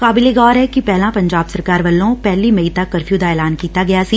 ਕਾਬਿਲੇ ਗੌਰ ਐ ਕਿ ਪਹਿਲਾ ਪੰਜਾਬ ਸਰਕਾਰ ਵੱਲੋ ਪਹਿਲੀ ਮਈ ਤੱਕ ਕਰਫਿਉ ਦਾ ਐਲਾਨ ਕੀਤਾ ਗਿਆ ਸੀ